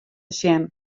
sjen